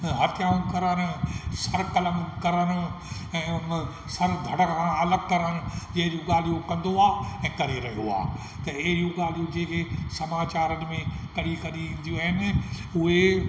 हत्याऊं करणु सरकलम करणु ऐं सर धड़ खां अलॻि करण अहिड़ियूं ॻाल्हियूं कंदो आहे ऐं करे रहियो आहे त अहिड़ियूं ॻाल्हियूं जेके समाचारनि में कॾहिं कॾहिं ईंदियूं आहिनि उहे